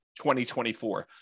2024